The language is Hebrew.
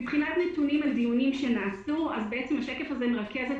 מבחינת נתונים על דיונים שנעשו השקף הזה מרכז את